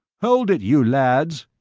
hold it, you lads!